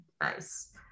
nice